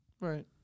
Right